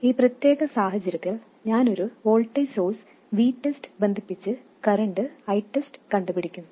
ഈ പ്രത്യേക സാഹചര്യത്തിൽ ഞാൻ ഒരു വോൾട്ടേജ് സോഴ്സ് VTEST ബന്ധിപ്പിച്ച് കറൻറ് ITEST കണ്ടുപിടിക്കും